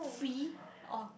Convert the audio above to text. free oh